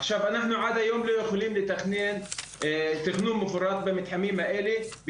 עכשיו אנחנו עד היום לא יכולים לתכנן תכנון מפורט במתחמים האלה,